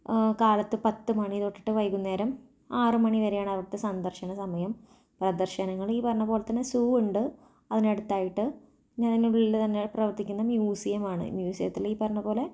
കാലത്ത് പത്ത് മണി തൊട്ടിട്ട് വൈകുന്നേരം ആറ് മണി വരെയാണവിടുത്തെ സന്ദർശന സമയം പ്രദർശങ്ങങ്ങള് ഈ പറഞ്ഞ പോലെ തന്നെ സൂ ഉണ്ട് അതിനടുത്തായിട്ട് ഇങ്ങനെ തന്നെ ബിൽഡ് തന്നെ പ്രവർത്തിക്കുന്ന മ്യൂസിയമാണ് മ്യൂസിയത്തില് ഈ പറഞ്ഞത് പോലെ